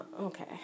okay